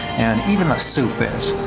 and even the soup is.